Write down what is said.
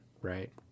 right